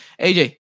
AJ